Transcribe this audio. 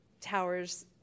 towers